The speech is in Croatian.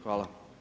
Hvala.